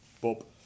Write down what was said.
Bob